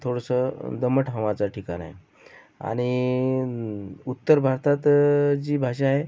थोडंसं दमट हवामानाचं ठिकाण आहे आणि उत्तर भारतात जी भाषा आहे